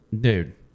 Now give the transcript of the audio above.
dude